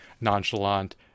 nonchalant